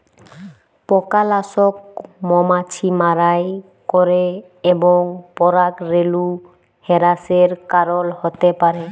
পকালাসক মমাছি মারাই ক্যরে এবং পরাগরেলু হেরাসের কারল হ্যতে পারে